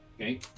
Okay